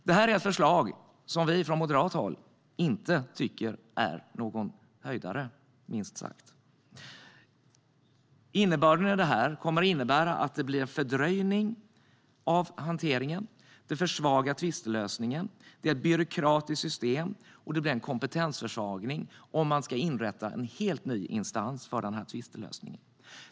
Det är ett förslag som vi moderater inte tycker är någon höjdare, minst sagt. ICS kommer att innebära fördröjning av hanteringen. Det försvagar tvistlösningen. Det är ett byråkratiskt system, och det blir en kompetensförsvagning om man ska inrätta en helt ny instans för tvistlösning.